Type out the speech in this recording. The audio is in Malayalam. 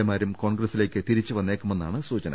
എമാരും കോൺഗ്രസ്സിലേക്ക് തിരിച്ചു വന്നേക്കുമെന്നാണ് സൂചന